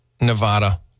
Nevada